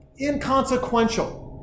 Inconsequential